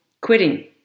quitting